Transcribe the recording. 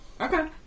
Okay